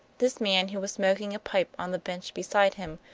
this man, who was smoking a pipe on the bench beside him,